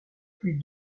plus